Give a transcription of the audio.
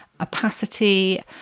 opacity